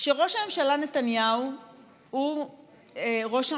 שראש הממשלה נתניהו הוא ראש הממשלה,